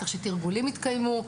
כך שתרגולים כן התקיימו.